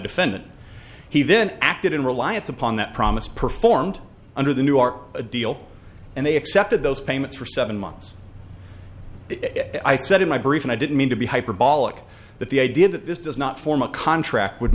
defendant he then acted in reliance upon that promise performed under the new are a deal and they accepted those payments for seven months i said in my brief and i didn't mean to be hyperbolic that the idea that this does not form a contract would